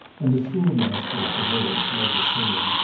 and the school-master of the village led the singing,